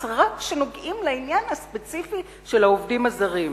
רק כשמגיעים לעניין הספציפי של העובדים הזרים?